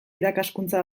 irakaskuntza